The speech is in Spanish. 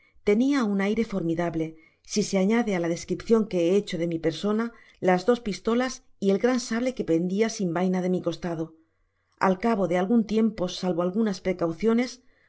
tenia un aire formidable si se añade á la descripcion que he hecho de mi persona las dos pistolas y el gran sable que pendia sin vaina de mi costado al cabo de algun tiempo salvo algu sas precauciones